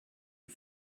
you